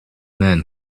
man